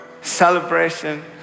celebration